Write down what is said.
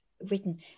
written